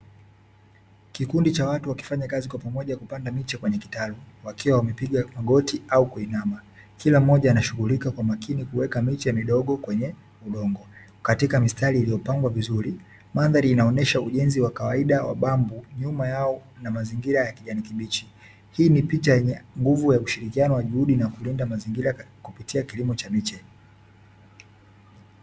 Kikundi cha watu wakifanya kazi kwa pamoja kupanda miche kwenye kitalu, wakiwa wamepiga magoti au kuinama, kila mmoja anashughulika kwa makini kuweka miche kwenye udongo, katika mistari iliyopangwa vizuri mandhari inaonesha ujenzi wa kawaida wa bambu nyuma yao na mazingira ya kijani kibichi, hii ni picha yenye nguvu ya ushirikiano wa juhudi na kulinda mazingira kupitia kilimo cha miche.